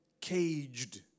caged